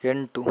ಎಂಟು